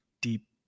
deep